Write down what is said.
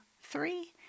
three